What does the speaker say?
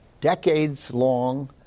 decades-long